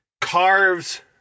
carves